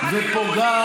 למה אתם לא בונים?